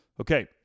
Okay